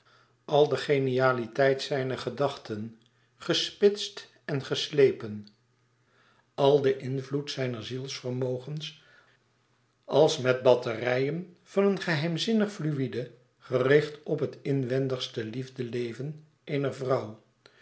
al de genialiteit zijner gedachte gespitst en geslepen al den invloed zijner zielsvermogens als met batterijen van een geheimzinnig fluïde gericht op het inwendigste liefdeleven eener vrouw